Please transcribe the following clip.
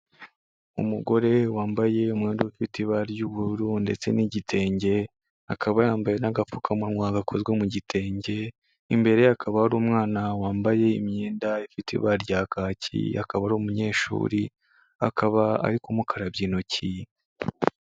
Umugore wambaye umwenda ufite ibara ry'ubururu ndetse n'igitenge, akaba yambaye n'agapfukamunwa gakozwe mu gitenge, imbere ye hakaba hari umwana wambaye imyenda ifite ibara rya kaki, akaba ari umunyeshuri, akaba ari kumukarabya intoki.